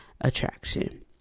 attraction